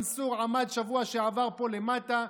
מנסור עמד בשבוע שעבר פה למטה,